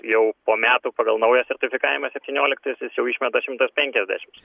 jau po metų pagal naują sertifikavimą septynioliktaisiais jau išmeta šimtas penkiasdešims